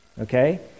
Okay